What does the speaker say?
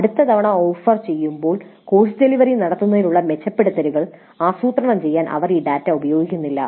അടുത്ത തവണ ഓഫർ ചെയ്യുമ്പോൾ കോഴ്സ് ഡെലിവറി ചെയ്യുന്നതിനുള്ള മെച്ചപ്പെടുത്തലുകൾ ആസൂത്രണം ചെയ്യാൻ അവർ ഈ ഡാറ്റ ഉപയോഗിക്കുന്നില്ല